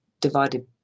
divided